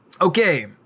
Okay